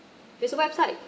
it's a website